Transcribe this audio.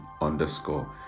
underscore